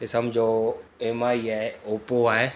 की सम्झो एमआई आहे ओपो आहे